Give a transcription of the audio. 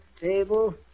table